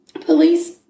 Police